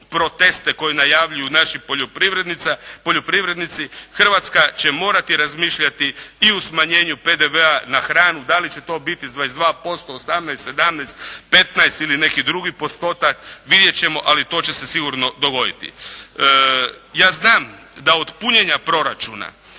proteste koje najavljuju naši poljoprivrednici, Hrvatska će morati razmišljati i u smanjenju PDV-a na hranu. Da li će to biti s 22%, 18, 17, 15 ili neki drugi postotak? Vidjeti ćemo, ali to će se sigurno dogoditi. Ja znam da od punjenja proračuna,